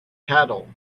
cattle